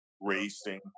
racing